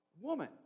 Woman